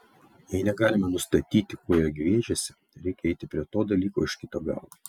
jei negalime nustatyti ko jie gviešiasi reikia eiti prie to dalyko iš kito galo